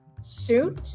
Suit